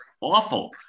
awful